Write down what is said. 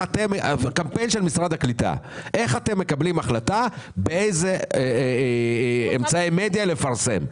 קמפיין של משרד הקליטה איך אתם מקבלים החלטה באיזה אמצעי מדיה לפרסם?